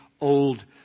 old